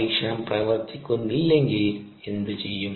പരീക്ഷണം പ്രവർത്തിക്കുന്നില്ലെങ്കിൽ എന്തുചെയ്യും